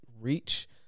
reach